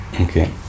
okay